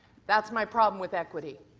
that's my problem with equity.